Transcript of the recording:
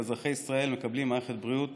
ואזרחי ישראל מקבלים מערכת בריאות